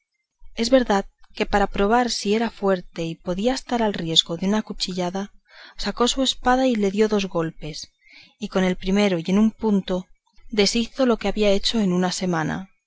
es verdad que para probar si era fuerte y podía estar al riesgo de una cuchillada sacó su espada y le dio dos golpes y con el primero y en un punto deshizo lo que había hecho en una semana